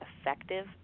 effective